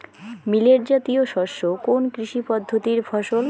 Millet জাতীয় শস্য কোন কৃষি পদ্ধতির ফসল?